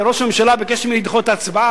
וראש הממשלה ביקש ממני לדחות את ההצבעה,